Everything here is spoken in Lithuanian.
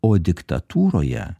o diktatūroje